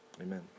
amen